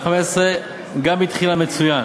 ו-2015 גם התחילה מצוין.